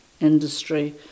industry